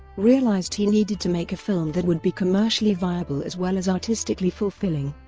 realized he needed to make a film that would be commercially viable as well as artistically fulfilling.